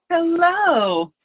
hello.